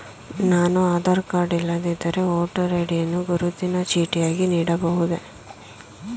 ನಾನು ಆಧಾರ ಕಾರ್ಡ್ ಇಲ್ಲದಿದ್ದರೆ voter ID ಯನ್ನು ಗುರುತಿನ ಚೀಟಿಯಾಗಿ ನೀಡಬಹುದೇ?